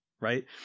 right